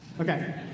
Okay